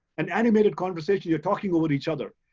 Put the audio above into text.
an animated conversation, you're talking over each other,